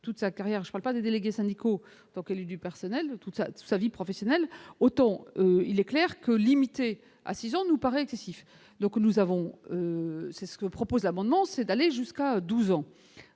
toute sa carrière, je parle pas des délégués syndicaux donc élu du personnel toute sa vie professionnelle, autant il est clair que limitée à 6 ans nous paraît excessif, donc nous avons, c'est ce que propose amendement c'est d'aller jusqu'à 12 ans,